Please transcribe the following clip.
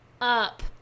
up